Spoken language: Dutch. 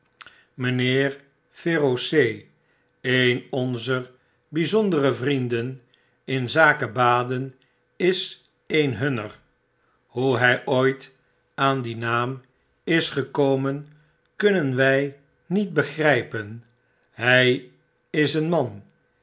feroce een onzer bjjzondere vrienden in zake baden is een hunner hoe hit ooit aan dien naam isgekomen kunnen wjj niet begrpen hjj is een man